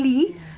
ya